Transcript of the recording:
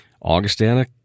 Augustana